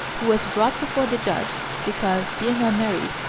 who was brought before the judge because, being unmarried,